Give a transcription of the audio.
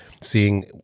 seeing